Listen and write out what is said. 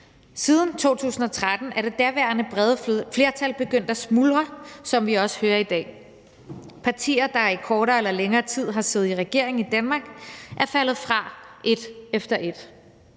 Siden 2013 er det daværende brede flertal begyndt at smuldre, som vi også hører i dag. Partier, der i kortere eller længere tid har siddet i regering i Danmark, er faldet fra et efter et